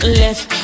left